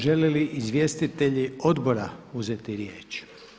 Žele li izvjestitelji odbora uzeti riječ?